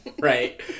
right